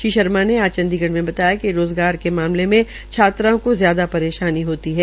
श्री शर्मा ने आज चंडीगढ़ में बताया कि रोजगार के मामले में छात्राओं को ज्यादा परेशानी होती है